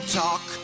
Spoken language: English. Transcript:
talk